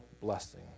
blessing